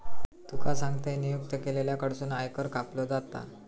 तुका सांगतंय, नियुक्त केलेल्या कडसून आयकर कापलो जाता